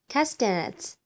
Castanets